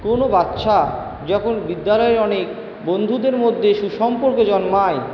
কোনো বাচ্ছা যখন বিদ্যালয়ের অনেক বন্ধুদের মধ্যে সুসম্পর্ক জন্মায়